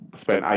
Spent